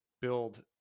build